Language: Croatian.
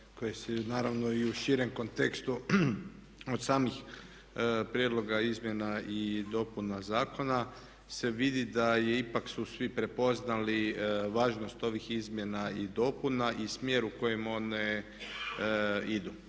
koje su naravno i u širem kontekstu od samih prijedloga izmjena i dopuna zakona se vidi da su ipak svi prepoznali važnost ovih izmjena i dopuna i smjer u kojem one idu.